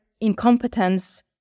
incompetence